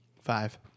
Five